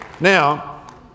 Now